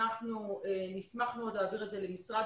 אנחנו נשמח מאוד להעביר את זה למשרד